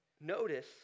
Notice